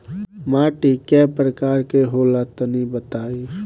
माटी कै प्रकार के होला तनि बताई?